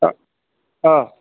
অঁ অঁ